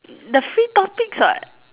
the free topics what